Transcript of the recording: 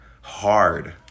hard